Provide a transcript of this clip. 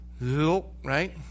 Right